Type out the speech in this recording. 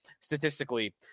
statistically